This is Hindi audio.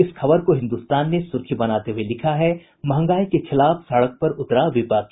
इस खबर को हिन्दुस्तान ने सुर्खी बनाते हुए लिखा है महंगाई के खिलाफ सड़क पर उतरा विपक्ष